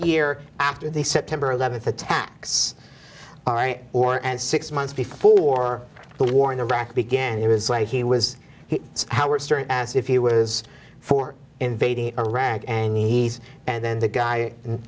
year after the september eleventh attacks all right or and six months before the war in iraq began he was when he was howard stern as if he was for invading iraq and he's and then the guy